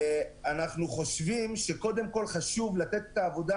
אנחנו חושבים שקודם כל חשוב לתת את העבודה,